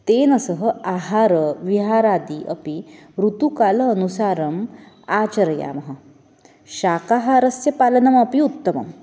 तेन सह आहारविहारादिः अपि ऋतुकाल अनुसारम् आचरामः शाकाहारस्य पालनमपि उत्तमम्